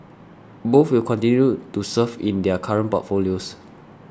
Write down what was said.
both will continue to serve in their current portfolios